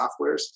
softwares